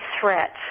threat